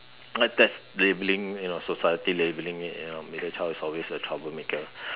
but that's labelling you know society labelling it you know middle child is always a troublemaker